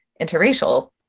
interracial